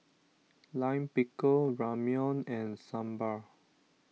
Lime Pickle Ramyeon and Sambar